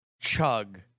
chug